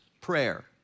prayer